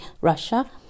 Russia